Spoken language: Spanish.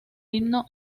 himno